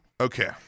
Okay